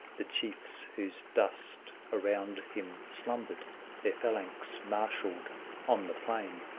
the chiefs whose dust around him slumbered their phalanx marshalled on the plain.